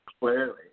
Clearly